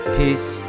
peace